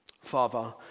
Father